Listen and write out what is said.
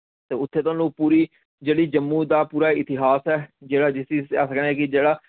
ते उत्थे थोआनू पूरी जेह्ड़ा जम्मू दा पूरा इतिहास ऐ जेह्ड़ा जिसी अस आखने कि जेह्ड़ा